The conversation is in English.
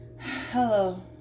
hello